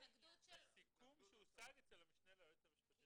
סיכום שהושג אצל המשנה ליועץ המשפטי.